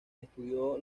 estudió